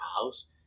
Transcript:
house